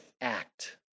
act